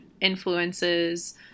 influences